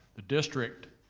the district,